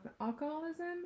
alcoholism